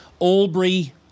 Albury